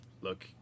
look